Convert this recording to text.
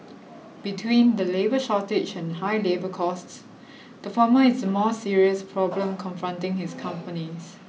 between the labour shortage and high labour costs the former is a more serious problem confronting his companies